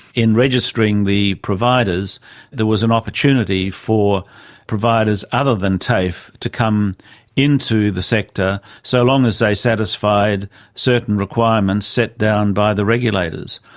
in registering the providers there was an opportunity for providers other than tafe to come into the sector, so long as they satisfied certain requirements set down by the regulators.